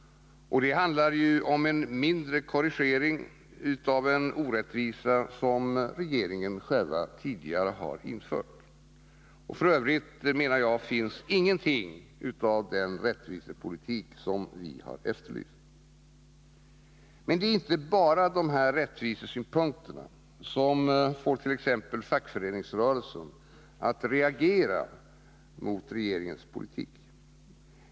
Och det handlar ju om en mindre korrigering av en orättvisa som regeringen själv tidigare har infört. För övrigt finns ingenting av den rättvisepolitik vi har efterlyst! Men det är inte bara rättvisesynpunkter som får t.ex. fackföreningsrörelsen att reagera mot regeringens politik.